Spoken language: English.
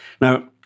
Now